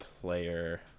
player